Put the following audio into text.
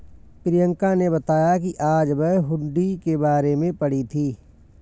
प्रियंका ने बताया कि आज वह हुंडी के बारे में पढ़ी थी